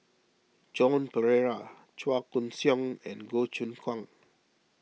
Joan Pereira Chua Koon Siong and Goh Choon Kang